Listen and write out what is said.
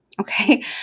Okay